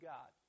God